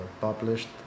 published